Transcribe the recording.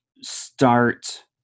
start